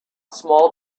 small